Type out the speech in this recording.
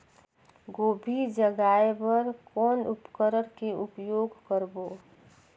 गोभी जगाय बर कौन उपकरण के उपयोग करबो?